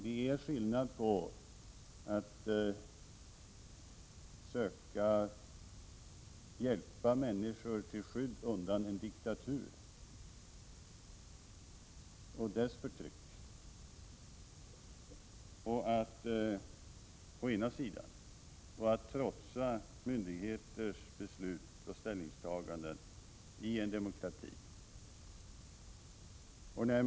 Det är skillnad på att söka hjälpa människor till skydd undan en diktatur och dess förtryck å ena sidan och att trotsa myndigheters beslut och ställningstaganden i en demokrati å andra sidan.